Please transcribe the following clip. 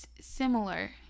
similar